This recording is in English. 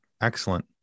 Excellent